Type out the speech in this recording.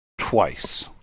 Twice